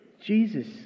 Jesus